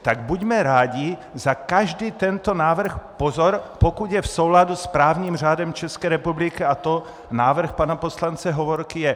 Tak buďme rádi za každý tento návrh pozor, pokud je v souladu s právním řádem České republiky, a to návrh pana poslance Hovorky je.